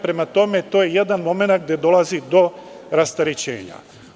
Prema tome, to je jedan momenat gde dolazi do rasterećenja.